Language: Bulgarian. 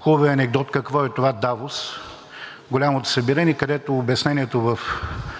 хубавия анекдот „Какво е това Давос?“ – голямото събиране, където обяснението в